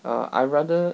uh I rather